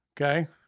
Okay